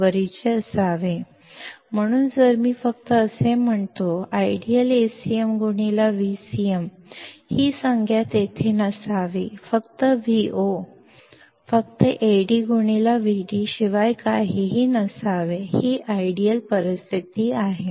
ಆದ್ದರಿಂದ ನಾನು ಈಗ ಹೇಳಿದರೆ ಆದರ್ಶಪ್ರಾಯವಾಗಿ AcmVcm ಎಂಬ ಪದವು ಇರಬಾರದು ಮತ್ತು Vo ಕೇವಲ AdVd ಅನ್ನು ಹೊರತುಪಡಿಸಿ ಏನೂ ಆಗಿರಬಾರದು ಇದು ಆದರ್ಶ ಪರಿಸ್ಥಿತಿ ಆಗಿದೆ